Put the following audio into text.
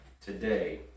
today